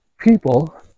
people